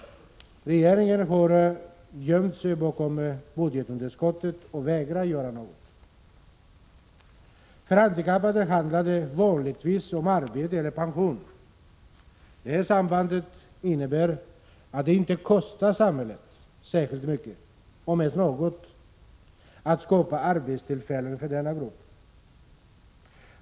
Regeringen har gömt sig bakom budgetunderskottet och vägrar göra något. För handikappade handlar det vanligtvis om arbete eller pension. Det sambandet innebär att det inte kostar samhället särskilt mycket, om ens något, att skapa arbetstillfällen för denna grupp.